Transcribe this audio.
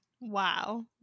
Wow